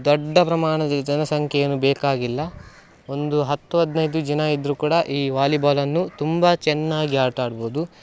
ದೊಡ್ಡ ಪ್ರಮಾಣದ ಜನಸಂಖ್ಯೆ ಏನೂ ಬೇಕಾಗಿಲ್ಲ ಒಂದು ಹತ್ತು ಹದಿನೈದು ಜನ ಇದ್ದರೂ ಕೂಡ ಈ ವಾಲಿಬಾಲನ್ನು ತುಂಬ ಚೆನ್ನಾಗಿ ಆಟ ಆಡ್ಬೋದು